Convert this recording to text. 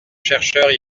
chercheurs